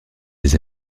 les